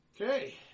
Okay